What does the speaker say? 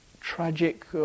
tragic